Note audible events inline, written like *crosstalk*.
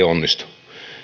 *unintelligible* onnistu